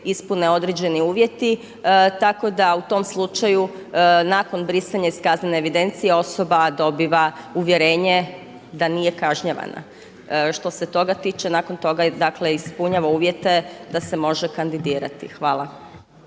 ispune određeni uvjeti, tako da u tom slučaju nakon brisanja iz kaznene evidencije osoba dobiva uvjerenje da nije kažnjavana. Što se toga tiče nakon toga, dakle ispunjava uvjete da se može kandidirati. Hvala.